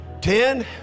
Ten